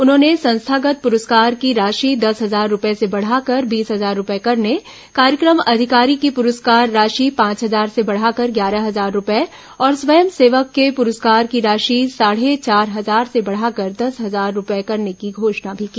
उन्होंने संस्थागत प्रस्कार की राशि देस हजार रूपये से बढ़ाकर बीस हजार रूपये करने कार्यक्रम अधिकारी की पुरस्कार राशि पांच हजार से बढ़ाकर ग्यारह हजार रूपये और स्वयं सेवक के पुरस्कार की राशि साढ़े चार हजार से बढ़ाकर दस हजार रूपये करने की घोषणा भी की